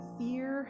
fear